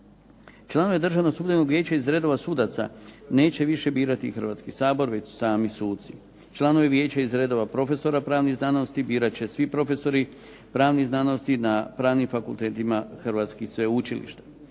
Članove Državnog sudbenog vijeća iz redova sudaca neće više birati Hrvatski sabor, već sami suci. Članove vijeća iz redova profesora pravnih znanosti birat će svi profesori pravnih znanosti na pravnim fakultetima hrvatskih sveučilišta.